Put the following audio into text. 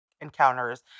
encounters